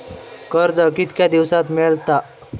कर्ज कितक्या दिवसात मेळता?